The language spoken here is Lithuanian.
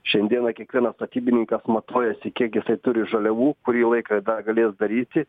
šiandieną kiekvienas statybininkas matuojasi kiek jisai turi žaliavų kurį laiką dar galės daryti